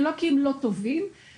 ולא כי הם לא טובים ולהיפך,